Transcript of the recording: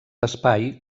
espai